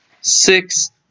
six